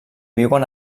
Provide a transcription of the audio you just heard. viuen